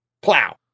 plow